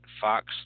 Fox